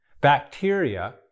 bacteria